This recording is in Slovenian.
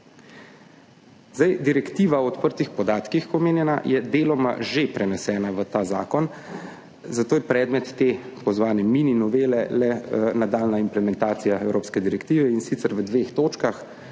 direktiva o odprtih podatkih je deloma že prenesena v ta zakon, zato je predmet te tako imenovane mini novele le nadaljnja implementacija evropske direktive, in sicer v dveh točkah.